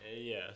Yes